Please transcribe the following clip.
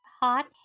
hot